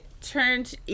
turned